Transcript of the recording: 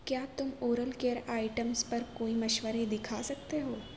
کیا تم oral care items پر کوئی مشورے دکھا سکتے ہو